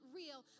real